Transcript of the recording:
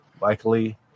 likely